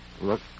Look